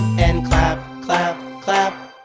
and clap, clap, clap.